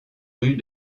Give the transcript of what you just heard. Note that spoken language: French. rue